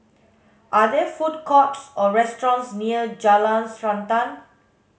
are there food courts or restaurants near Jalan Srantan